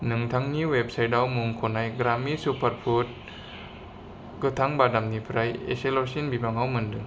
नोंथांनि वेबसाइटआव मुंख'नाय ग्रामि सुपारफुड गोथां बादामनिफ्राय इसेल'सिन बिबाङाव मोनदों